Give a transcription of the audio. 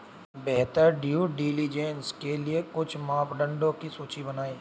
बेहतर due diligence के लिए कुछ मापदंडों की सूची बनाएं?